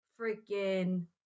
freaking